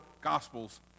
Gospels